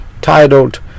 titled